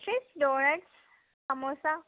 chips doughnuts samosa